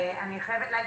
אני חייבת להגיד,